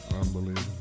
Unbelievable